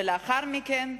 ולאחר מכן,